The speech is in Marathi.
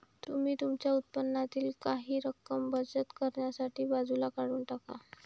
तुम्ही तुमच्या उत्पन्नातील काही रक्कम बचत करण्यासाठी बाजूला काढून टाका